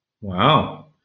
Wow